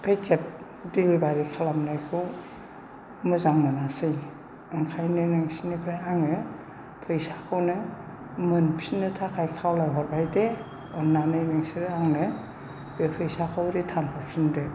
packet delivery खालामनायखौ मोजां मोनासै ओंखायनो नोंसोरनिफ्राय आङो फैसाखौनो मोनफिननो थाखाय खावलाय हरबाय दे अननानै नोंसोरो आंनो बे फैसाखौ रिटार्न हरफिनदो